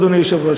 אדוני היושב-ראש.